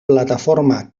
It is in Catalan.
plataforma